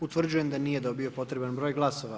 Utvrđujem da nije dobio potreban broj glasova.